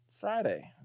Friday